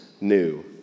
new